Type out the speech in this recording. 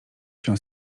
się